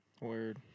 Word